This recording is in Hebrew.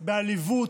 בעליבות,